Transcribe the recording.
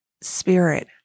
spirit